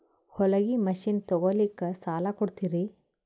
ಹೊಲಗಿ ಮಷಿನ್ ತೊಗೊಲಿಕ್ಕ ಸಾಲಾ ಕೊಡ್ತಿರಿ?